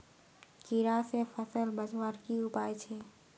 कीड़ा से फसल बचवार की उपाय छे?